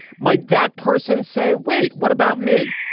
might that person say, wait, what about me?